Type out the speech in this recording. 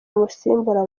uzamusimbura